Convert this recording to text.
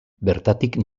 bertatik